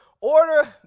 order